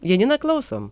janina klausom